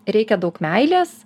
reikia daug meilės